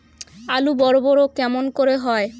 আলু বড় বড় কেমন করে হয়?